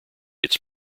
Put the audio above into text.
its